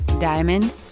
diamond